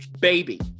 baby